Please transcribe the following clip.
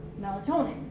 melatonin